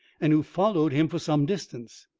and who followed him for some distance.